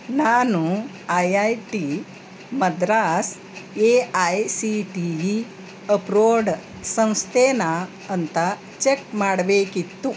ನಾನು I I T Madras A I C T E approved ಸಂಸ್ಥೆನಾ ಅಂತ ಚೆಕ್ ಮಾಡಬೇಕಿತ್ತು